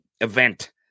event